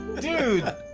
Dude